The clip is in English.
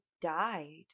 died